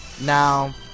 Now